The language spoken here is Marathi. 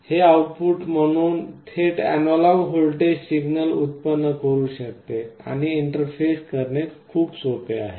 हे आउटपुट म्हणून थेट अॅनालॉग व्होल्टेज सिग्नल उत्पन्न करू शकते आणि इंटरफेस करणे खूप सोपे आहे